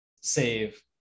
save